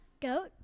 Goat